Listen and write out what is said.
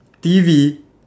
T_V